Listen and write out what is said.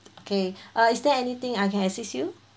okay uh is there anything I can assist you